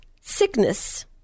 sickness